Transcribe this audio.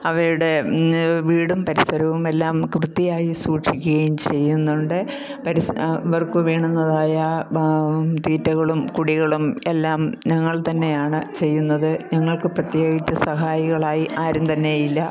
അവയുടെ വീടും പരിസരവും എല്ലാം നമുക്ക് വൃത്തിയായി സൂക്ഷിക്കുകയും ചെയ്യുന്നുണ്ട് അവർക്ക് വേണ്ടുന്നതായ തീറ്റകളും കുടികളും എല്ലാം ഞങ്ങൾ തന്നെയാണ് ചെയ്യുന്നത് ഞങ്ങൾക്ക് പ്രത്യേകിച്ച് സഹായികളായി ആരും തന്നെയില്ല